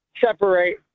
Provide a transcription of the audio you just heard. separate